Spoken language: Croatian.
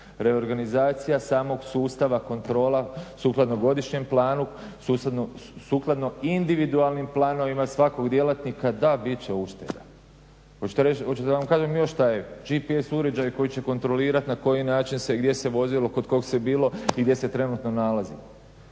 Reorganizacija samog sustava kontrola, sukladno godišnjem planu, sukladno individualnim planovima svakog djelatnika, da bit će ušteda. Hoćete da vam kažem još šta je, gps uređaji koji će kontrolirati na koji način se, gdje se vozilo, kod kog se bilo i gdje se trenutno nalazi.